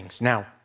Now